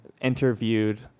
interviewed